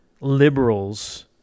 liberals